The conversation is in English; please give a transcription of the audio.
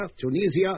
Tunisia